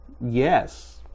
Yes